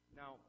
now